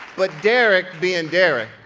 but derrick being derrick,